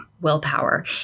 willpower